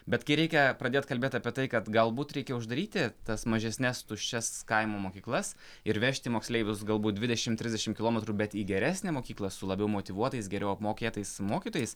bet kai reikia pradėt kalbėt apie tai kad galbūt reikia uždaryti tas mažesnes tuščias kaimo mokyklas ir vežti moksleivius galbūt dvidešim trisdešim kilometrų bet į geresnę mokyklą su labiau motyvuotais geriau apmokėtais mokytojais